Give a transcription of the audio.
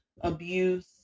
abuse